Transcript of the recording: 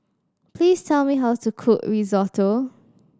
please tell me how to cook Risotto